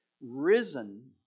risen